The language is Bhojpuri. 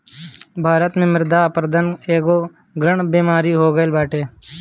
भारत में मृदा अपरदन एगो गढ़ु बेमारी हो गईल बाटे